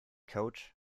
coat